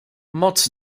moc